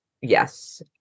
yes